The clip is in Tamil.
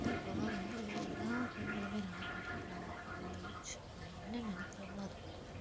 ஆனால் இப்போதெலாம் வந்து எல்லா பெண்களுமே நல்லா படிக்கிறாங்க காலேஜ் அவங்க என்ன நினைக்கிறாங்களோ அது படிக்கிறாங்க